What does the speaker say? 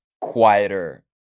quieter